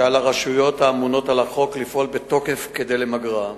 שעל הרשויות האמונות על החוק לפעול בתוקף כדי למגרה.